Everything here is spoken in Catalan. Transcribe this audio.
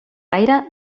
gaire